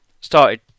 started